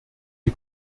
die